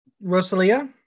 Rosalia